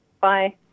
Bye